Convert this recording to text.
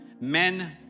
men